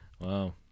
Wow